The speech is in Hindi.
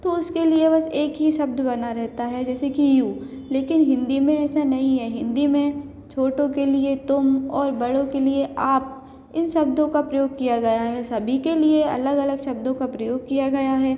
तो उसके लिए बस एक ही शब्द बना रहता है जैसे कि यू लेकिन हिन्दी में ऐसा नहीं है हिन्दी में छोटों के लिए तुम और बड़ों के लिए आप इन शब्दों का प्रयोग किया गया है सभी के लिए अलग अलग शब्दों का प्रयोग किया गया है